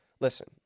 listen